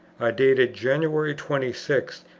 are dated january twenty six,